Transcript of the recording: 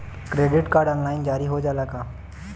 Credit card online जारी हो जाला का?